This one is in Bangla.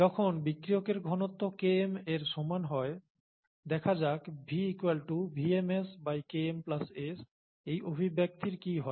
যখন বিক্রিয়কের ঘনত্ব Km এর সমান হয় দেখা যাক V VmSKm S এই অভিব্যক্তির কি হয়